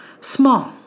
Small